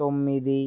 తొమ్మిది